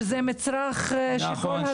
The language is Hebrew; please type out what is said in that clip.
שזה מצרך שכל הזמן --- נכון,